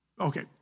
Okay